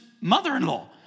mother-in-law